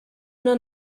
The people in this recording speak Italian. una